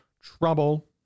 trouble